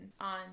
on